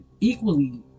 equally